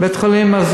בית-חולים,